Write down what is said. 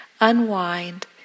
unwind